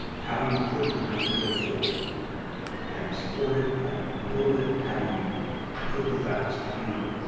how you put an idea forward, and how do you support it, how do you build it, how do you put the facts behind it?